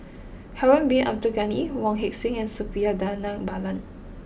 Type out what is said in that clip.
Harun Bin Abdul Ghani Wong Heck Sing and Suppiah Dhanabalan